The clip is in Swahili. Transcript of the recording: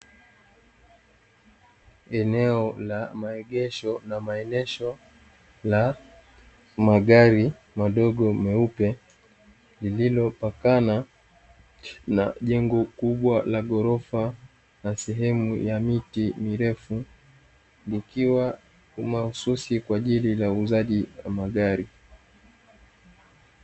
Eneo la maegesho na maonesho la magari madogo meupe, lililopakana na jengo kubwa la ghorofa la sehemu ya miti mirefu, likiwa mahususi kwa ajili ya uuzaji wa magari.